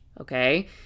okay